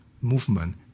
movement